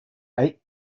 eight